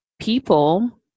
People